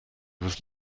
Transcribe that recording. was